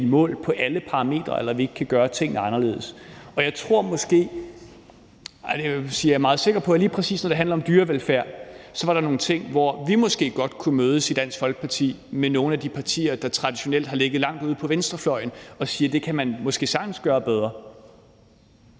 mål på alle parametre, og at vi ikke kan gøre tingene anderledes. Jeg vil sige, at jeg er meget sikker på, at lige præcis når det handler om dyrevelfærd, er der nogle ting, hvor vi i Dansk Folkeparti måske godt kunne mødes med nogle af de partier, der traditionelt har ligget langt ude på venstrefløjen, i forhold til at sige, at det kan man sagtens gøre bedre.